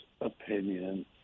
opinion